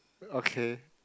okay